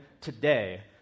today